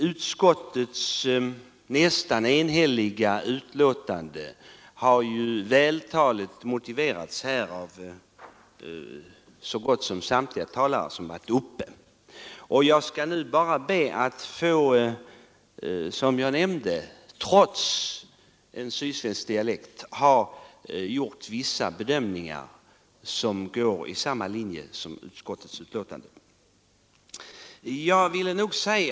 Utskottets nästan enhälliga betänkande har vältaligt motiverats av så gott som samtliga talare som deltagit i debatten. Trots en sydsvensk dialekt har jag gjort vissa bedömningar som går i linje med utskottsmajoritetens betänkande.